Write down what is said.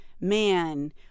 man